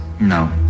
No